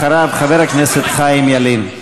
אחריו, חבר הכנסת חיים ילין.